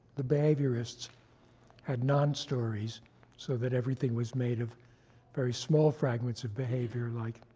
the behaviorists had non-stories so that everything was made of very small fragments of behavior, like,